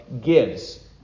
gives